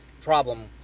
problem